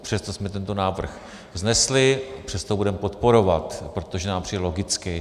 Přesto jsme tento návrh vznesli, přesto ho budeme podporovat, protože nám přijde logický.